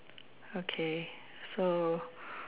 okay so